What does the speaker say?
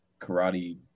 karate